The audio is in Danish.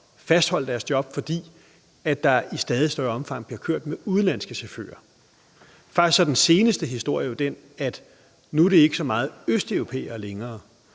fastholde deres job, fordi der i stadig større omfang bliver kørt med udenlandske chauffører. Faktisk er den seneste historie den, at nu er det ikke så meget østeuropæere,